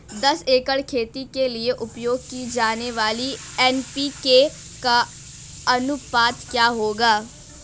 दस एकड़ खेती के लिए उपयोग की जाने वाली एन.पी.के का अनुपात क्या होगा?